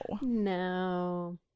no